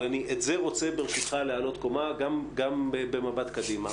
אבל אני את זה רוצה ברשותך להעלות קומה גם במבט קדימה,